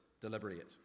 deliberate